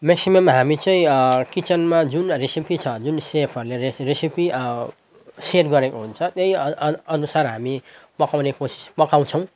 maximum हामी चाहिँ किचेनमा जुन रेसिपी छ जुन सेफहरूले रेस् रेसिपी सेट गरेको हुन्छ त्यही अन् अन् अनुसार हामी पकाउने कोसिस पकाउँछौँ